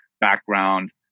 background